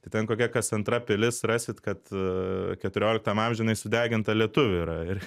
tai ten kokia kas antra pilis rasit kad keturioliktam amžiuj jinai sudeginta lietuvių yra ir